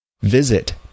visit